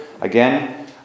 Again